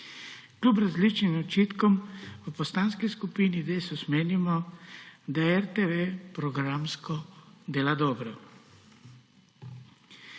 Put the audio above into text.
Kljub različnim očitkom v Poslanski skupini Desus menimo, da RTV programsko dela dobro.